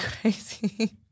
crazy